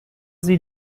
sie